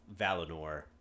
Valinor